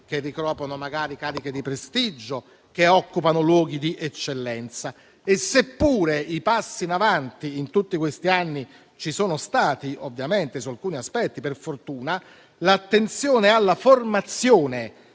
ricoprono cariche di prestigio, che occupano posti di eccellenza. Seppure i passi in avanti in tutti questi anni ci sono stati su alcuni aspetti - per fortuna! - l'attenzione alla formazione